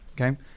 Okay